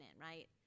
right